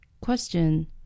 Question